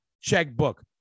checkbook